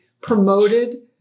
promoted